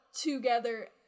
together